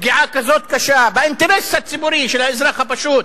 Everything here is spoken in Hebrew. פגיעה כזאת קשה באינטרס הציבורי של האזרח הפשוט?